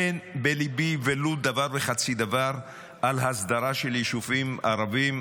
אין בליבי ולו דבר וחצי דבר על הסדרה של יישובים ערביים.